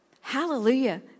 Hallelujah